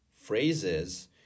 phrases